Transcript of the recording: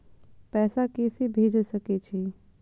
पैसा के से भेज सके छी?